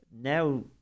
now